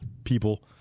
people